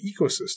ecosystem